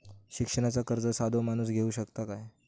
शिक्षणाचा कर्ज साधो माणूस घेऊ शकता काय?